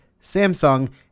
Samsung